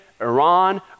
Iran